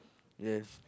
yes